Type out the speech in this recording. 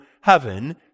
heaven